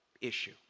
issue